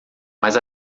mas